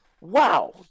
Wow